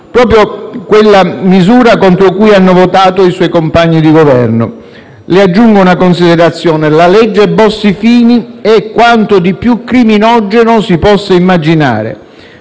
proprio quella misura contro cui hanno votato i suoi compagni di Governo. Le aggiungo una considerazione. La legge Bossi-Fini è quanto di più criminogeno si possa immaginare.